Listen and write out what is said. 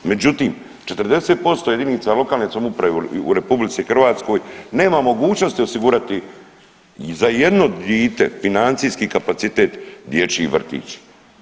Međutim, 40% jedinca lokalne samouprave u RH nema mogućnosti osigurati i za jedno dite financijski kapacitet dječji vrtić.